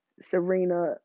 Serena